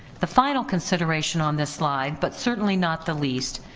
the final consideration on this slide, but certainly not the least,